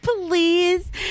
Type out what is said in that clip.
please